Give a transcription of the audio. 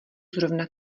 zrovna